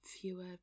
fewer